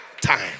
time